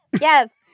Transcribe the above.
Yes